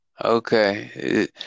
Okay